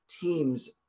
team's